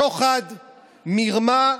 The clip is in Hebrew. שוחד, מרמה,